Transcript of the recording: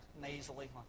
nasally